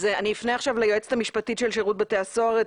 אני אפנה עכשיו ליועצת המשפטית של שירות בתי הסוהר,